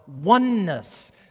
oneness